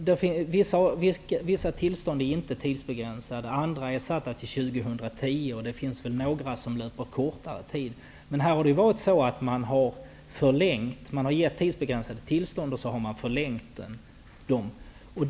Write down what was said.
Vissa tillstånd är inte tidsbegränsade, andra är satta till 2010, och det finns väl några som löper under kortare tid. Det har ju varit så att tidsbegränsade tillstånd har förlängts.